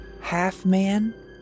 Half-man